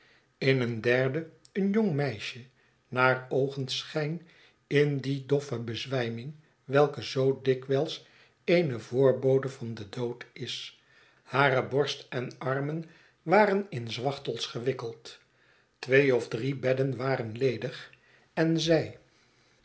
in een derde een jong meisje naar oogenschijn in die doffe bezwijming welke zoo dikwijls eene voorbode van den dood is hare borst en armen waren in zwachtels gewikkeld twee of drie bedden waren ledig en zij